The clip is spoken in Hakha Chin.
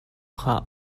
kha